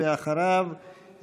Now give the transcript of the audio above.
ואחריו,